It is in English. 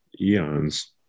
eons